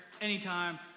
anytime